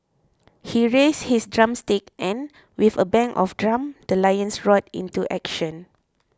he raised his drumsticks and with a bang of drum the lions roared into action